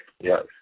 yes